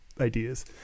ideas